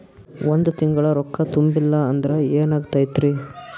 ಒಂದ ತಿಂಗಳ ರೊಕ್ಕ ತುಂಬಿಲ್ಲ ಅಂದ್ರ ಎನಾಗತೈತ್ರಿ?